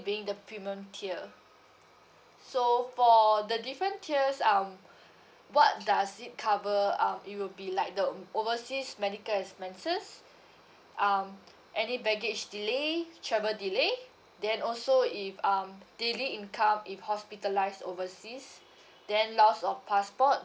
being the premium tier so for the different tiers um what does it cover um it will be like the overseas medical expenses um any baggage delay travel delay then also if um daily income if hospitalised overseas then lost of passport